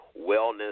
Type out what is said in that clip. wellness